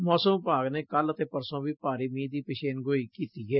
ਮੌਸਮ ਵਿਭਾਗ ਨੇ ਕੱਲ ਅਤੇ ਪਰਸੋ ਵੀ ਭਾਰੀ ਮੀਹ ਦੀ ਪੇਸ਼ੀਨਗੋਈ ਕੀਤੀ ਏ